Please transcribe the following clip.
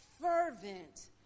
fervent